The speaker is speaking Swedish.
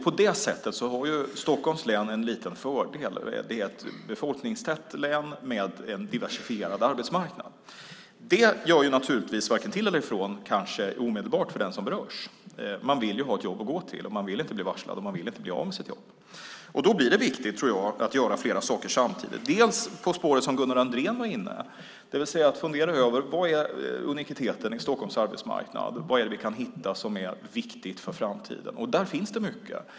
På det sättet har Stockholms län en liten fördel. Det är ett befolkningstätt län med en diversifierad arbetsmarknad. Det gör kanske varken till eller från omedelbart för den som berörs. Man vill ju ha ett jobb att gå till. Man vill inte bli varslad, och man vill inte bli av med sitt jobb. Då tror jag att det blir viktigt att göra flera saker samtidigt, bland annat på det spår som Gunnar Andrén var inne på, det vill säga att man funderar över vad som är det unika med Stockholms arbetsmarknad. Vad är det vi kan hitta som är viktigt för framtiden? Där finns det mycket.